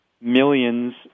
millions